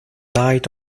died